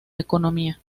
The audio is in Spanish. economía